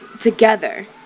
together